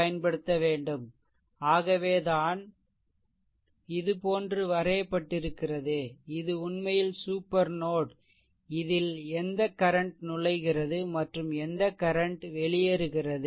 பயன்படுத்த வேண்டும் ஆகவேதான் இதுபோன்று வரையப்பட்டிருக்கிறது இது உண்மையில் சூப்பர் நோட் இதில் எந்த கரன்ட் நுழைகிறது மற்றும் எந்த கரன்ட் கரன்ட் வெளியேறுகிறது